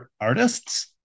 artists